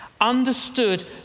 understood